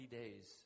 days